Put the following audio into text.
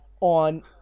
on